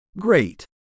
Great